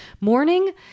morning